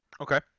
Okay